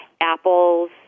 apples